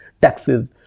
Taxes